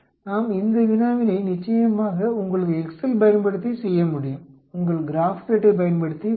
நாம் இந்த வினாவினை நிச்சயமாக உங்களது எக்செல் பயன்படுத்தி செய்ய முடியும் உங்கள் கிராப்பேட்டைப் பயன்படுத்தி கூட